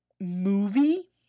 movie